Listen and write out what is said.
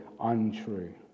untrue